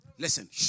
Listen